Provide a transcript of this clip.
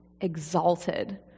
exalted